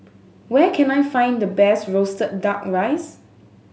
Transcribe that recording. where can I find the best roasted Duck Rice